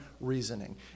reasoning